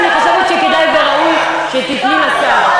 אני חושבת שכדאי וראוי שתיתני לשר,